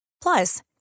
Plus